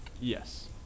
Yes